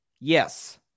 Yes